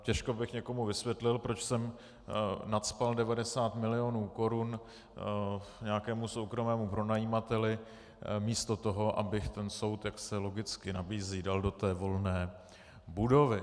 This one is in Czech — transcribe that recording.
Těžko bych někomu vysvětlil, proč jsem nacpal 90 milionů korun nějakému soukromému pronajímateli místo toho, abych soud, jak se logicky nabízí, dal do té volné budovy.